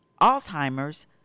Alzheimer's